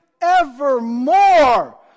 evermore